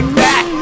back